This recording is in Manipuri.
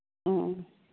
ꯎꯝ ꯎꯝ